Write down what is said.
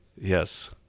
Yes